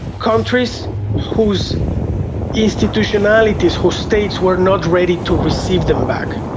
countries whose institutionalities, whose states were not ready to receive them back,